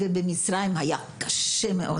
ובמצרים הסבל היה קשה מאוד.